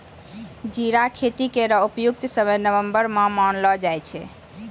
जीरा खेती केरो उपयुक्त समय नवम्बर माह क मानलो जाय छै